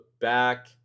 back